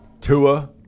Tua